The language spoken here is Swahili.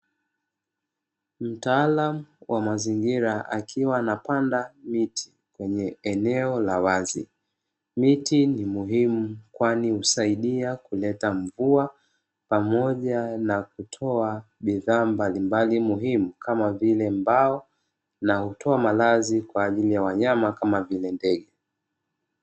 Mtaalamu wa mazingira akiwa anapanda miti kwenye eneo la wazi; Miti ni muhimu kwani husaidia kuleta mvua pamoja na kutoa bidhaa mbalimbali muhimu kama vile mbao na hutoa malazi kwa ajili ya wanyama kama vile ndege.